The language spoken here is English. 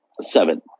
Seven